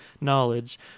knowledge